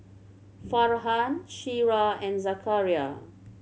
Farhan Syirah and Zakaria